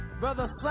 brother